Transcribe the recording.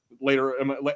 later